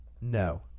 No